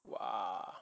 !wow!